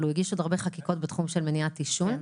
אבל הוא הגיש עוד הרבה חקיקות בתחום של מניעת עישון.